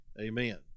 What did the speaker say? Amen